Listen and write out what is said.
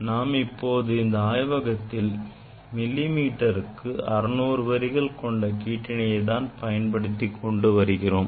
நாம் இப்போது இந்த ஆய்வகத்தில் மில்லி மீட்டருக்கு 600 வரிகள் கொண்ட கீற்றிணியை தான் பயன்படுத்திக் கொண்டு வருகிறோம்